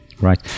Right